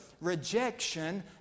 rejection